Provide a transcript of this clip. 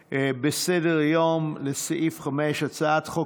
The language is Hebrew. זו הודעה אישית בעקבות דבריו, הוא התייחס אליי.